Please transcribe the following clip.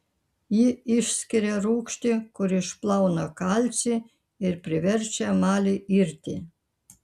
ji išskiria rūgštį kuri išplauna kalcį ir priverčia emalį irti